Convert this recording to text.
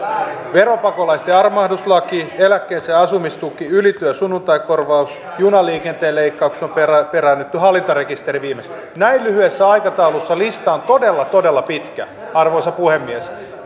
veropakolaisten armahduslaki eläkeläisten asumistuki ylityö ja sunnuntaikorvaus junaliikenteen leikkauksissa on peräännytty hallintarekisteri viimeksi näin lyhyessä aikataulussa lista on todella todella pitkä arvoisa puhemies